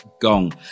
gong